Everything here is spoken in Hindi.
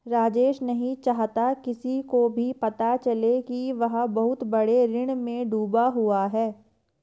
राजेश नहीं चाहता किसी को भी पता चले कि वह बहुत बड़े ऋण में डूबा हुआ है